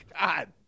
God